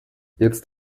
jetzt